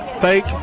fake